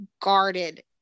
guarded